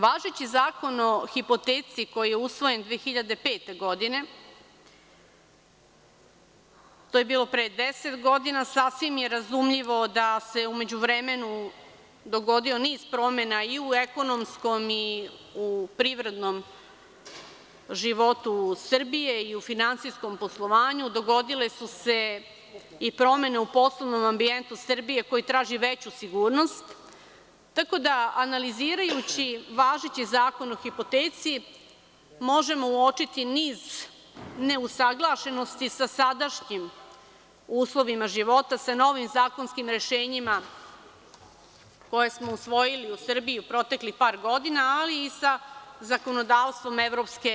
Važeći Zakon o hipoteci, koji je usvojen 2005. godine, to je bilo pre 10 godina, sasvim je razumljivo da se u međuvremenu dogodio niz promena i u ekonomskom i u privrednom životu Srbije i u finansijskom poslovanju, dogodile su se i promene u poslovnom ambijentu Srbije, koji traži veću sigurnost, tako da, analizirajući važeći Zakon o hipoteci možemo uočiti niz neusaglašenosti sa sadašnjim uslovima života, sa novim zakonskim rešenjima koje smo usvojili u Srbiji u proteklih par godina, ali i sa zakonodavstvom EU.